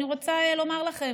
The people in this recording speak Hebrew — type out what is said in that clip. אתה רוצה לדבר?